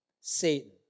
Satan